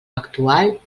actual